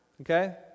Okay